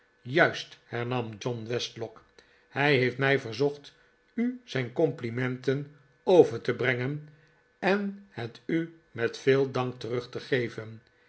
juist hernam john westlock hij heeft mij verzocht u zijn complimenten over te brengen en het u met veel dank terug te geven